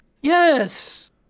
Yes